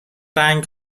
رنگ